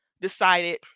decided